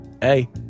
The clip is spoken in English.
hey